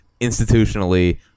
institutionally